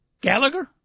Gallagher